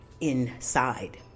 inside